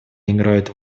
играют